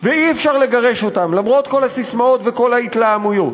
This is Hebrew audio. ואי-אפשר לגרש אותם למרות כל הססמאות וכל ההתלהמויות.